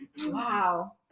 Wow